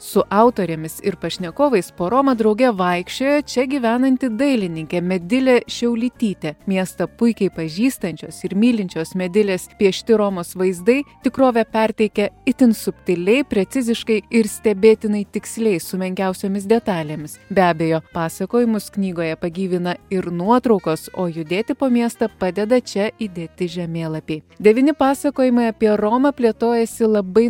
su autorėmis ir pašnekovais po romą drauge vaikščiojo čia gyvenanti dailininkė medilė šiaulytytė miestą puikiai pažįstančios ir mylinčios medilės piešti romos vaizdai tikrovę perteikia itin subtiliai preciziškai ir stebėtinai tiksliai su menkiausiomis detalėmis be abejo pasakojimus knygoje pagyvina ir nuotraukos o judėti po miestą padeda čia įdėti žemėlapiai devyni pasakojimai apie romą plėtojasi labai